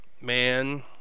man